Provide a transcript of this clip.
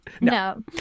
no